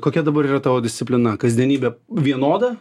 kokia dabar yra tavo disciplina kasdienybė vienoda